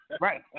Right